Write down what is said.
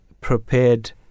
prepared